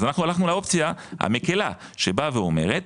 אז אנחנו הלכנו לאופציה המקלה שבאה ואומרת,